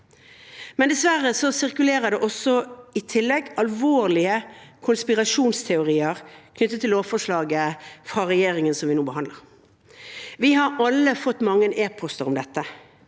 men dessverre sirkulerer det i tillegg alvorlige konspirasjonsteorier knyttet til regjeringens lovforslag som vi nå behandler. Vi har alle fått mange e-poster om dette.